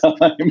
time